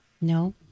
No